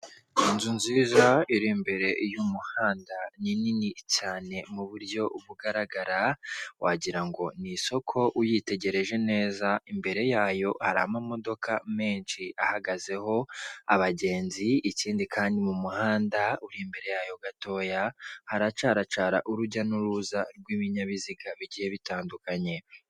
Inzu nziza iri imbere y'umuhanda, ni nini cyane mu buryo bugaragara, wagirango ngo ni isoko uyitegereje neza, imbere yayo hari amamodoka menshi ahagazeho abagenzi, ikindi kandi mu muhanda uri imbere yayo gatoya, haracaracara urujya n'uruza rw'ibinyabiziga bigiye bitandukanye.